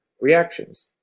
reactions